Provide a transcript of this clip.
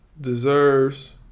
deserves